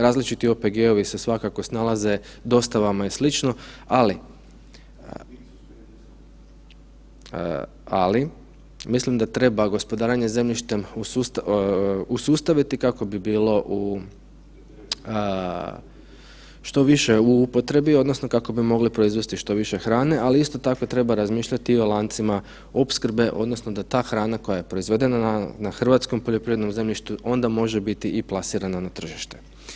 Različiti OPG-ovi se svakako snalaze, dostavama i sl., ali, ali, mislim da treba gospodarenje zemljištem usustaviti kako bi bilo u, što više u upotrebi odnosno kako bi mogli proizvesti što više hrane, ali isto tako treba razmišljati i o lancima opskrbe, odnosno da ta hrana koja je proizvedena na hrvatskom poljoprivrednom zemljištu onda može biti i plasirana na tržite.